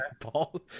Ball